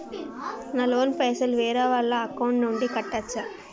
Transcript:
నా లోన్ పైసలు వేరే వాళ్ల అకౌంట్ నుండి కట్టచ్చా?